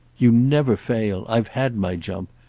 you never fail! i've had my jump.